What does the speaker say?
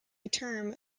term